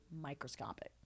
microscopic